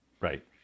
Right